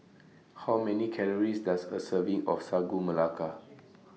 How Many Calories Does A Serving of Sagu Melaka